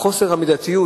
חוסר המידתיות,